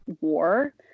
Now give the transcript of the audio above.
war